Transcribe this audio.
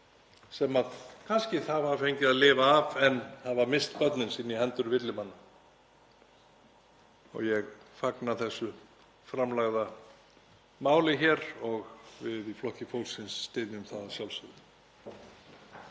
sem kannski hafa fengið að lifa af en hafa misst börnin sín í hendur villimanna. Ég fagna þessu framlagða máli hér og við í Flokki fólksins styðjum það að sjálfsögðu.